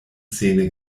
szene